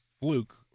fluke